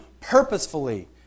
purposefully